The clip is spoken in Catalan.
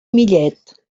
millet